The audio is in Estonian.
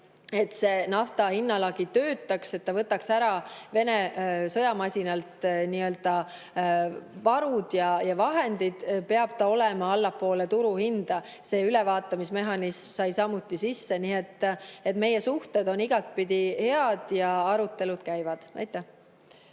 et see nafta hinnalagi töötaks, et ta võtaks ära Vene sõjamasinalt varud ja vahendid, peab ta olema allapoole turuhinda. See ülevaatamismehhanism sai samuti sisse. Nii et meie suhted on igatpidi head ja arutelud käivad.